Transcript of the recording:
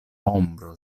ombro